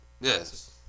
Yes